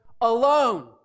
alone